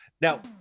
Now